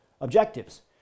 objectives